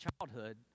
childhood